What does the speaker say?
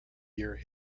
year